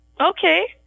Okay